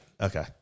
Okay